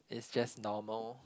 is just normal